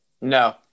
No